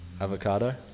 avocado